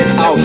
Out